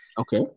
Okay